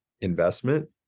investment